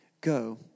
go